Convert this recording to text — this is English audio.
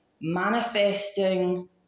manifesting